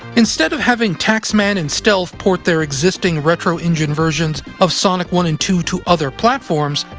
instead of having taxman and stealth port their existing retro engine versions of sonic one and two to other platforms,